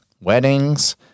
weddings